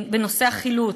בנושא החילוט,